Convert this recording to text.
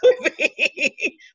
movie